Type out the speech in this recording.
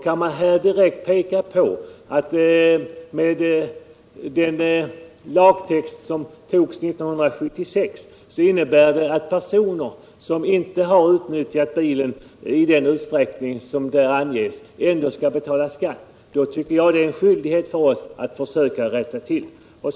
Kan man här direkt peka på att den lagtext som beslöts 1976 innebär att personer som inte har utnyttjat bilen i den utsträckning där anges ändå skall betala skatt, anser jag det 68 är en skyldighet för oss att försöka rätta till detta.